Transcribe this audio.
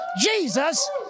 Jesus